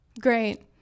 great